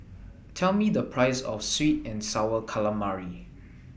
Tell Me The Price of Sweet and Sour Calamari